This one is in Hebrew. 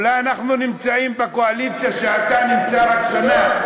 אולי אנחנו נמצאים בקואליציה שאתה נמצא בה רק שנה,